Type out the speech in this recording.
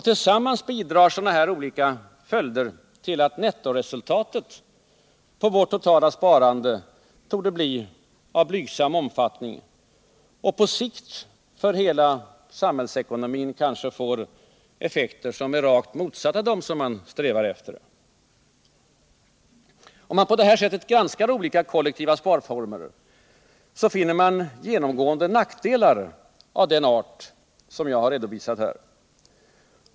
Tillsammans bidrar sådana följder till att nettoresultatet på vårt totala sparande torde bli av blygsam omfattning och på sikt för hela samhällsekonomin kanske får effekter som är rakt motsatta dem som man strävar efter. Om man på det här sättet granskar olika kollektiva sparformer, finner man genomgående nackdelar av den art som jag har redovisat här.